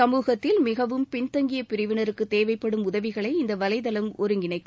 சமூகத்தில் மிகவும் பின்தங்கிய பிரிவினருக்கு தேவைப்படும் உதவிகளை இந்த வலைதளம் ஒருங்கிணைக்கும்